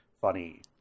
funny